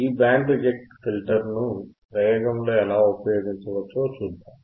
ఈ band reject ఫిల్టర్ను ప్రయోగం లో ఎలా ఉపయోగించవచ్చో చూద్దాం